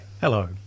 Hello